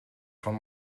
von